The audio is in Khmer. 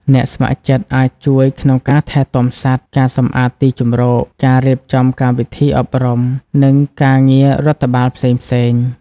អ្នកស្ម័គ្រចិត្តអាចជួយក្នុងការថែទាំសត្វ ការសម្អាតទីជម្រក ការរៀបចំកម្មវិធីអប់រំ និងការងាររដ្ឋបាលផ្សេងៗ។